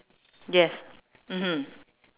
yes mmhmm